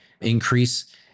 increase